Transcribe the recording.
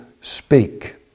speak